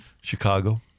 Chicago